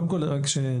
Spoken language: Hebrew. קודם כל, נבהיר.